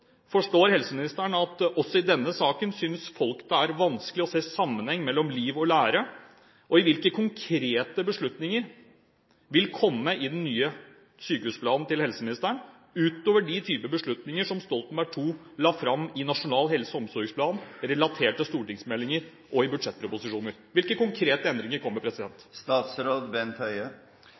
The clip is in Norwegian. Forstår helseministeren at også i denne saken synes folk det er vanskelig å se sammenhengen mellom liv og lære? Og hvilke konkrete beslutninger vil komme i den nye sykehusplanen til helseministeren, utover den type beslutninger som Stoltenberg II la fram i Nasjonal helse- og omsorgsplan, relatert til stortingsmeldinger og budsjettproposisjoner? Hvilke konkrete endringer kommer?